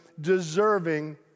deserving